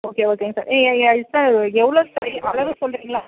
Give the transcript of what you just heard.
okay ஓகேங்க sir sir எவ்வளோ sir அளவு சொல்கிறிங்களா